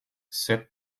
set